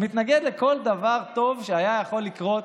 מתנגד לכל דבר טוב שהיה יכול לקרות